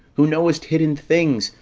who knowest hidden things,